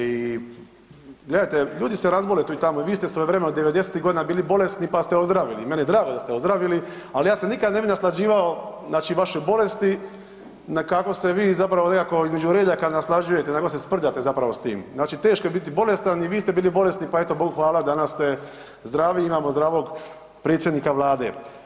I gledajte, ljudi se razbole tu i tamo i vi ste svojevremeno '90.-tih godina bili bolesni, pa ste ozdravili, meni je drago da ste ozdravili, ali ja se nikad ne bi naslađivao, znači vašoj bolesti, na kako se vi zapravo nekako između redaka naslađujete, kako se sprdate zapravo s tim, znači teško je biti bolestan i vi ste bili bolesni pa eto Bogu hvala danas ste zdravi, imamo zdravog predsjednika Vlade.